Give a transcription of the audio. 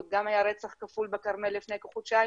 בבקשה,